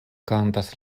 kantas